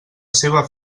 seva